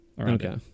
Okay